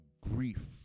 grief